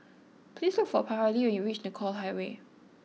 please look for Paralee when you reach Nicoll Highway